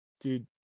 dude